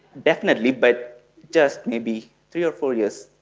definitely, but just maybe three or four years,